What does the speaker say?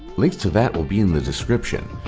links to that will be in the description.